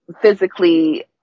physically